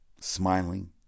Smiling